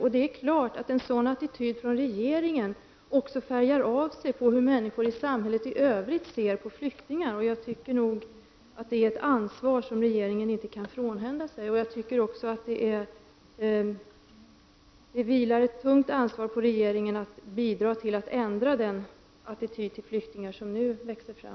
Det är klart att en sådan attityd från regeringens sida också färgar av sig på människors syn i allmänhet på flyktingar. Jag tycker nog att det här är ett ansvar som regeringen inte kan frånhända sig. Jag tycker också att det vilar ett tungt ansvar på regeringen när det gäller att bidra till att ändra den attityd gentemot flyktingar som nu växer fram.